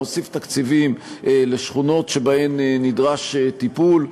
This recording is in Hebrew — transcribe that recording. הוא מוסיף תקציבים לשכונות שבהן נדרש טיפול,